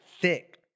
thick